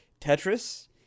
Tetris